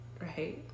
right